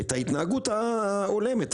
את ההתנהגות ההולמת.